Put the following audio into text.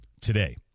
today